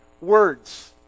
words